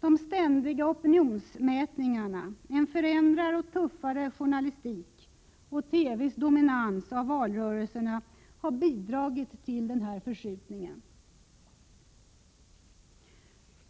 De ständiga opinionsmätningarna, en förändrad och tuffare journalistik och TV:s dominans av valrörelserna har bidragit till denna förskjutning.